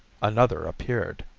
another appeared!